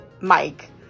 Mike